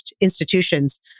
institutions